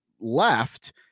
left